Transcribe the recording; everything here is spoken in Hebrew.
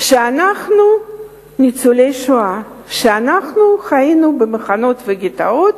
שאנחנו ניצולי השואה, שאנחנו היינו במחנות וגטאות,